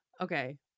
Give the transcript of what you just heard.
Okay